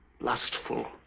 lustful